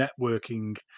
networking